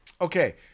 okay